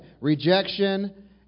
rejection